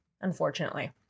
unfortunately